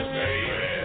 baby